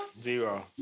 Zero